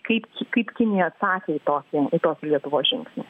kaip kaip kinija atsakė į tokį į tos lietuvos žingsnį